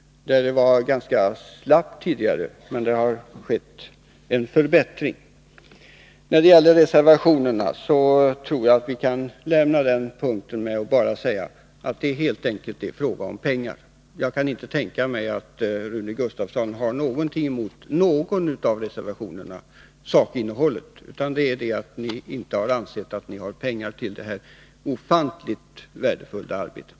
Där var ganska slappt tidigare, men det har skett en förbättring. När det gäller reservationerna tror jag att vi kan lämna den punkten med att bara säga att det helt enkelt är fråga om pengar. Jag kan inte tänka mig att Rune Gustavsson har någonting emot sakinnehållet i någon av reservationerna, utan ni har inte ansett att ni har pengar till det här ofantligt värdefulla arbetet.